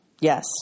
Yes